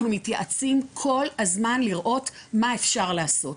אנחנו מתייעצים כל הזמן לראות מה אפשר לעשות.